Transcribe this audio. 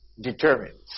determines